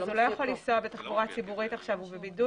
הוא לא יכול לנסוע בתחבורה ציבורית כי הוא בבידוד.